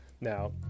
Now